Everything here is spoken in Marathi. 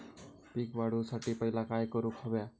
पीक वाढवुसाठी पहिला काय करूक हव्या?